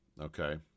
okay